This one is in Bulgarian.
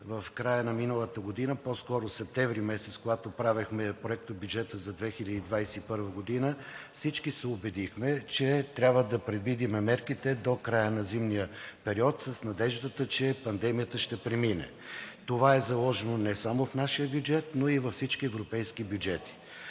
в края на миналата година, по-скоро септември месец, когато правихме Проектобюджета за 2021 г., всички се убедихме, че трябва да предвидим мерките до края на зимния период с надеждата, че пандемията ще премине. Това е заложено не само в нашия бюджет, но и във всички европейски бюджети.